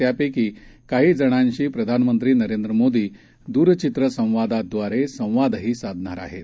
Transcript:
त्यापैकीकाहीजणांशीप्रधानमंत्रीनरेंद्रमोदीद्रचित्रसंवादादवारेसंवादहीसाधणारआहेत